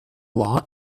law